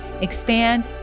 expand